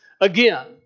Again